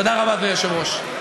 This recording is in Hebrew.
תודה רבה, אדוני היושב-ראש.